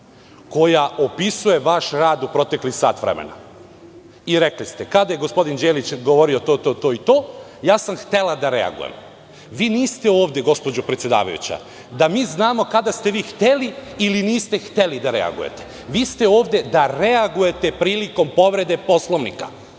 koja opisuje vaš rad u proteklih sat vremena. I rekli ste – kada je gospodin Đelić govorio to, to i to, ja sam htela da reagujem. Vi niste ovde, gospođo predsedavajuća, da mi znamo kada ste vi hteli ili niste hteli, da reagujete. Vi ste ovde da reagujete prilikom povrede Poslovnika,